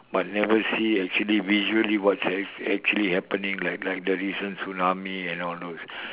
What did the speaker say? but never see actually visually what's actually happening like like the recent tsunami and all those